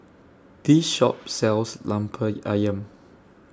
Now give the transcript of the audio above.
This Shop sells Lemper Ayam